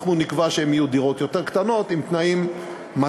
אנחנו נקבע שהן יהיו דירות יותר קטנות עם תנאים מתאימים.